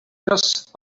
just